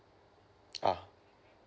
ah